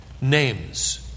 Names